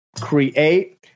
create